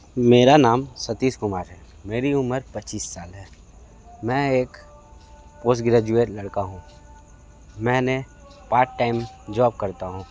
मेरा नाम सतीश कुमार है मेरी उमर पच्चीस साल है मैं एक पोस्ट ग्रेजुएट लड़का हूँ मैंने पार्ट टाइम जॉब करता हूँ